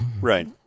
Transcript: Right